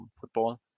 football